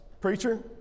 Preacher